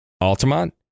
Altamont